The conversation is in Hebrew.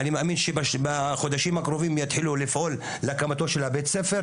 אני מאמין שבחודשים הקרובים יתחילו לפעול להקמתו של בית הספר.